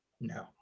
No